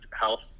health